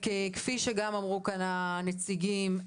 כפי שאמרו כאן הנציגים,